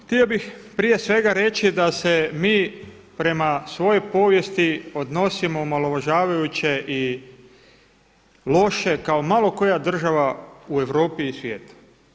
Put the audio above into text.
Htio bih prije svega reći da se mi prema svojoj povijesti odnosimo omalovažavajuće i loše kao malo koja država u Europi i svijetu.